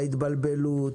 ההתבלבלות,